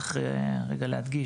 צריך רגע להדגיש,